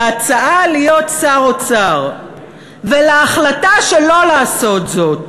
להצעה להיות שר אוצר ולהחלטה שלא לעשות זאת,